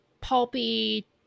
pulpy